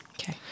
Okay